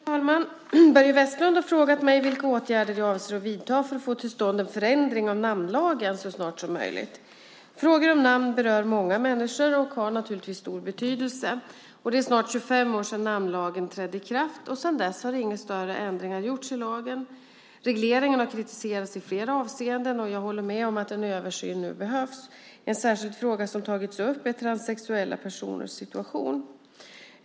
Fru talman! Börje Vestlund har frågat mig vilka åtgärder jag avser att vidta för att få till stånd en förändring av namnlagen så snart som möjligt. Frågor om namn berör många människor och har stor betydelse. Det är nu snart 25 år sedan namnlagen trädde i kraft, och sedan dess har inga större ändringar gjorts i lagen. Regleringen har kritiserats i flera avseenden, och jag håller med om att en översyn nu behövs. En särskild fråga som tagits upp är transsexuella personers situation.